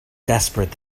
desperate